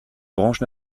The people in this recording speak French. branches